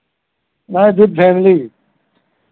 नहीं with family